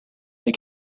they